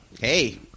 Hey